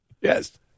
Yes